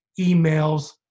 emails